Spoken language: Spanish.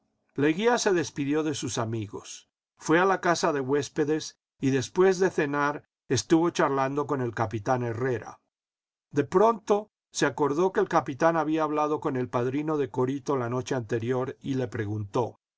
leguía se despidió de sus amigos fué a la casa de huéspedes y después de cenar estuvo charlando con el capitán herrera de pronto se acordó que el capitán había hablado con el padrino de corito la noche anterior y le preguntó